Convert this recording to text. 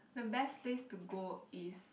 the best place to go is